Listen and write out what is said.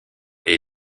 est